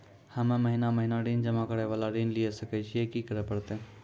हम्मे महीना महीना ऋण जमा करे वाला ऋण लिये सकय छियै, की करे परतै?